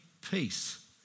peace